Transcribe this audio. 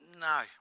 No